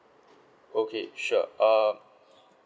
okay sure uh